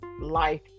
life